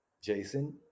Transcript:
Jason